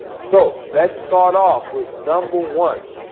so, let's start off with number one,